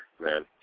man